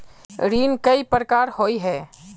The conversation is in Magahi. ऋण कई प्रकार होए है?